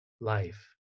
life